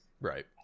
Right